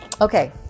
Okay